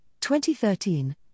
2013